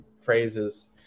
phrases